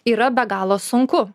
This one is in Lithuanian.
yra be galo sunku